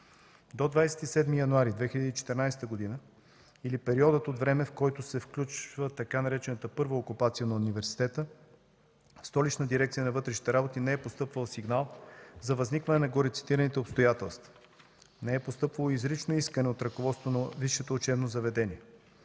До 27 януари 2014 г. или периодът от време, в който се включва така наречената „първа окупация” на университета, в Столичната дирекция на вътрешните работи не е постъпвал сигнал за възникване на горецитираните обстоятелства. Не е постъпвало изрично искане от ръководството на висшето учебно заведение.